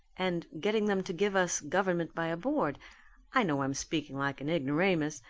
and getting them to give us government by a board i know i'm speaking like an ignoramus.